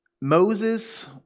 Moses